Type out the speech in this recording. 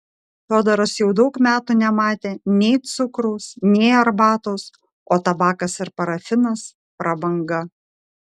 fiodoras jau daug metų nematė nei cukraus nei arbatos o tabakas ir parafinas prabanga